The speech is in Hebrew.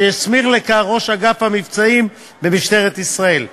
שהסמיך לכך ראש אגף המבצעים במשטרת ישראל.